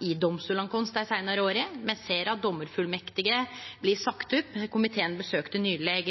i domstolane våre dei seinare åra. Me ser at dommarfullmektigar blir sagde opp. Komiteen besøkte nyleg